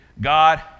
God